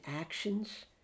actions